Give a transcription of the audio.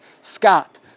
Scott